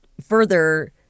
further